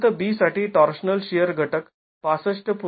भिंत B साठी torsional shear घटक ६५